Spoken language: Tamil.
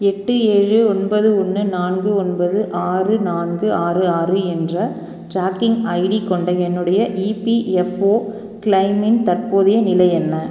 எட்டு ஏழு ஒன்பது ஒன்று நான்கு ஒன்பது ஆறு நான்கு ஆறு ஆறு என்ற ட்ராக்கிங் ஐடி கொண்ட என்னுடைய இபிஎஃப்ஓ கிளெய்மின் தற்போதைய நிலை என்ன